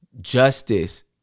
justice